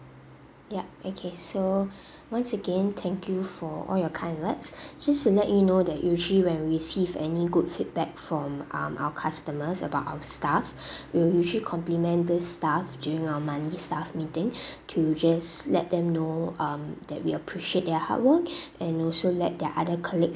yeah okay so once again thank you for all your kind words just to let you know that usually when we receive any good feedback from um our customers about our staff we will usually compliment this staff during our monthly staff meeting to just let them know um that we appreciate their hard work and also let their other colleagues